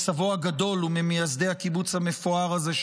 סבו הגדול הוא ממייסדי הקיבוץ המפואר הזה,